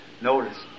notice